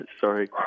sorry